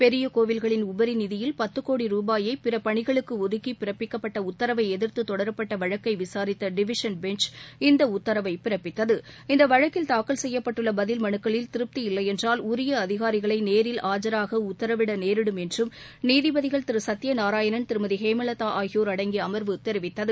பெரிய கோவில்களின் உபரி நிதியில் பத்து கோடி ரூபாயை பிற பணிகளுக்கு ஒதுக்கி பிறப்பிக்கப்பட்ட உத்தரவை எதிர்த்து தொடரப்பட்ட வழக்கை விசாரித்த டிவிஷன் பெஞ்ச் இந்த உத்தரவை பிறப்பித்தது இந்த வழக்கில் தாக்கல் செய்யப்பட்டுள்ள பதில் மனுக்களில் திருப்தி இல்லையென்றால் உரிய அதிகாரிகளை நேரில் ஆஜராக உத்தரவிட நேரிடும் என்றும் நீதிபதிகள் திரு சத்ய நாராயணன் திருமதி ஹேமலதா ஆகியோர் அடங்கிய அமர்வு தெரிவித்தது